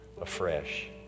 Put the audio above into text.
afresh